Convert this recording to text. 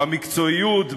במקצועיות,